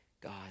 God